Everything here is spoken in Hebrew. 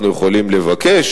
אנחנו יכולים לבקש,